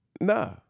Nah